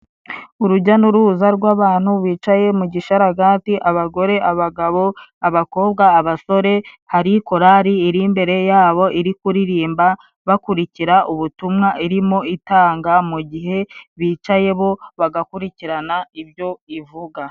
Urujya n'uruza rw'abantu bicaye mu gisharagati, abagore, abagabo, abakobwa, abasore, hari korari iri imbere ya bo iri kuririmba, bakurikira ubutumwa irimo itanga, mu gihe bicaye bo bagakurikirana ibyo ivuga.